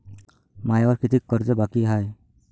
मायावर कितीक कर्ज बाकी हाय?